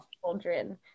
children